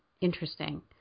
interesting